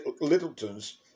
Littleton's